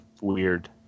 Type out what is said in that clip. weird